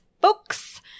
books